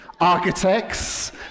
architects